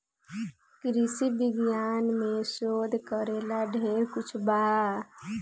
कृषि विज्ञान में शोध करेला ढेर कुछ बा